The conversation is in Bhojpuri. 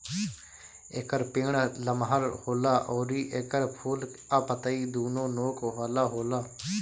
एकर पेड़ लमहर होला अउरी एकर फूल आ पतइ दूनो नोक वाला होला